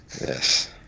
Yes